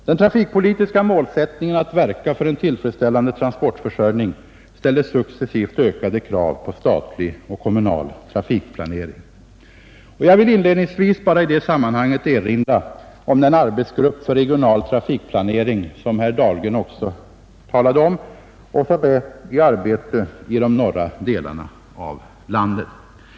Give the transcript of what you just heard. Den trafikpolitiska målsättningen att verka för en tillfredsställande transportförsörjning ställer successivt ökade krav på statlig och kommunal trafikplanering, och jag vill inledningsvis i det sammanhanget bara erinra om den arbetsgrupp för regional trafikplanering som herr Dahlgren också talat om och som är i arbete i de norra delarna av landet.